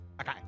okay